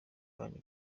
rwanyu